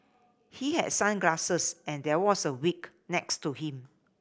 he had sunglasses and there was a wig next to him